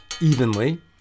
evenly